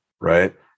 right